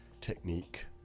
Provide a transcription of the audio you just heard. technique